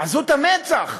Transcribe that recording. עזות המצח,